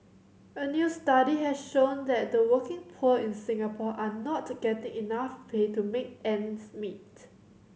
a new study has shown that the working poor in Singapore are not getting enough pay to make ends meet